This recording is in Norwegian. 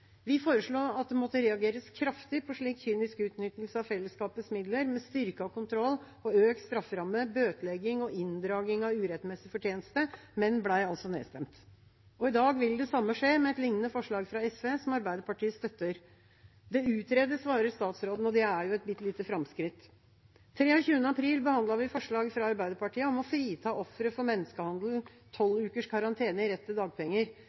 Vi foreslo at det måtte reageres kraftig på slik kynisk utnyttelse av fellesskapets midler, med styrket kontroll og økt strafferamme, bøtelegging og inndragelse av urettmessig fortjeneste, men ble nedstemt. I dag vil det samme skje med et lignende forslag fra SV som Arbeiderpartiet støtter. Det utredes, svarer statsråden, og det er jo et bitte lite framskritt. Den 23. april behandlet vi forslag fra Arbeiderpartiet om å frita ofre for menneskehandel tolv ukers karantene i rett til dagpenger.